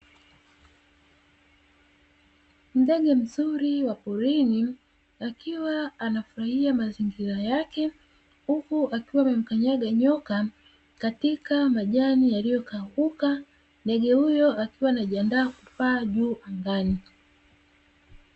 Ndege mzuri wa porini akiwa anafurahia mazingira yake, huku akiwa amemkanyaga nyoka katika majani yaliyokauka. Ndege huyo akiwa anajiandaa kupaa juu angani.